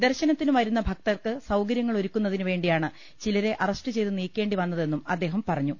ദർശനത്തിനുവരുന്ന ഭക്തർക്ക് സൌകര്യങ്ങളൊരുക്കുന്നതിനുവേണ്ടിയാണ് ചിലരെ അറസ്റ്റുചെ യ്തുനീക്കേണ്ടിവന്നതെന്നും അദ്ദേഹം പറഞ്ഞു